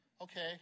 okay